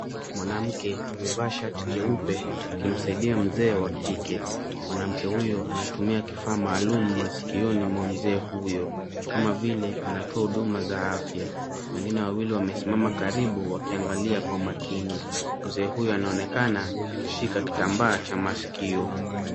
Mwanamke amevaa shati jeupe akimsaidia mzee wa kike. Mwanamke huyo anatumia kifaa maalum masikioni mwa mzee huyo kama vile anatoa huduma za afya. Wengine wawili wamesimama karibu wakiangalia kwa makini. Mzee huyo anaonekana akishika kitambaa cha masikio.